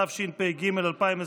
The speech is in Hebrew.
התשפ"ג 2023,